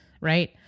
Right